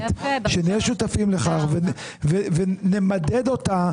שנהיה שותפים לכך ונמדד אותה,